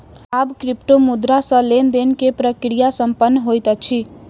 आब क्रिप्टोमुद्रा सॅ लेन देन के प्रक्रिया संपन्न होइत अछि